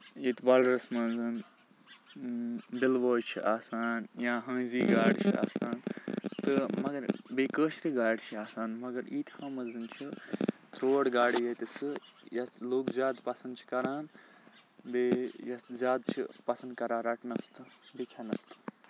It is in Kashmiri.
ییٚتہِ وَلرِس منٛز بِلوٲے چھُ آسان یا ہٲنٛزی گاڈٕ چھِ آسان تہٕ مگر بیٚیہِ کٲشرِ گاڈٕ چھِ آسان مگر ییٖتۍہو منٛز چھِ ترٛوٹ گاڈٕ ییٚتہِ سُہ یَتھ لُکھ زیادٕ پَسنٛد چھِ کَران بیٚیہِ یَتھ زیادٕ چھِ پَسنٛد کَران رَٹنَس تہٕ بیٚیہِ کھٮ۪نَس تہٕ